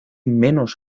menos